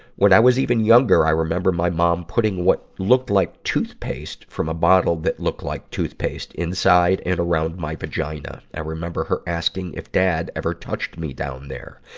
when i was even younger, i remember my mom putting what looked like toothpaste from a bottle that looked like toothpaste inside and around my vagina. i remember her asking if dad ever touched me down there.